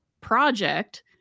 project